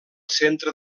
centre